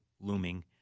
looming